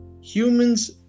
humans